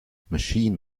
machine